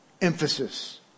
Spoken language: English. emphasis